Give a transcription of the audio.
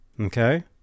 Okay